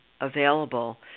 available